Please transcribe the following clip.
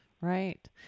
Right